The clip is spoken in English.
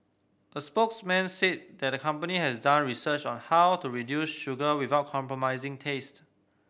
a spokesman said the company has done research on how to reduce sugar without compromising taste